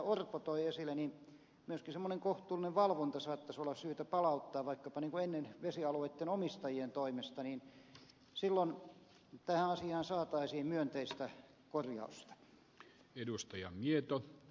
orpo toi esille niin myöskin semmoinen kohtuullinen valvonta saattaisi olla syytä palauttaa vaikkapa niin kuin ennen vesialueitten omistajien toimesta niin silloin tähän asiaan saataisiin myönteistä korjausta